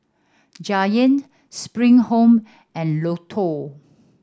Giant Spring Home and Lotto